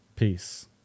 Peace